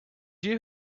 you